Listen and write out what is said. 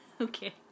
Okay